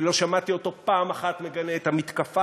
ולא שמעתי אותו פעם אחת מגנה את המתקפה